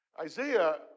Isaiah